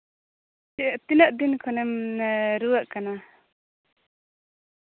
ᱪᱮᱫ ᱛᱤᱱᱟᱹᱜ ᱫᱤᱱ ᱠᱷᱚᱱᱮᱢ ᱨᱩᱣᱟᱹᱜ ᱠᱟᱱᱟ